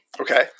Okay